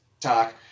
talk